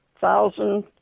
thousand